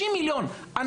60 מיליון שקל.